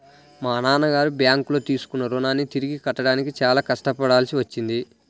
మా నాన్నగారు బ్యేంకులో తీసుకున్న రుణాన్ని తిరిగి కట్టడానికి చాలా కష్టపడాల్సి వచ్చింది